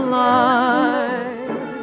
light